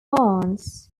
barnes